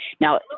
Now